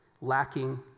lacking